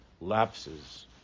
lapses